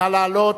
נא לעלות.